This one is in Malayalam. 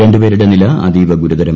രണ്ടു പേരുടെ നില അതീവ ഗുരുതരം